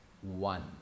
One